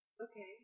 okay